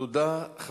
תודה.